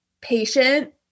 patient